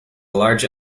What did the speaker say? large